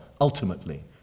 ultimately